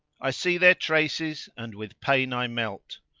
i see their traces and with pain i melt,